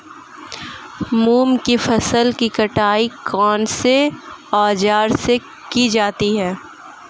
मूंग की फसल की कटाई कौनसे औज़ार से की जाती है?